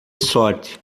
sorte